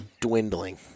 dwindling